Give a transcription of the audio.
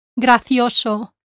Gracioso